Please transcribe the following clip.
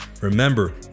Remember